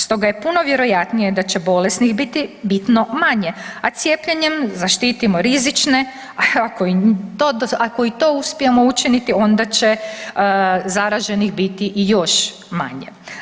Stoga je puno vjerojatnije da će bolesnih biti bitno manje, a cijepljenjem zaštitimo rizično, ako i to uspijemo učiniti onda će zaraženih biti još manje.